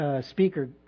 speaker